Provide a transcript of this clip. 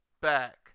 back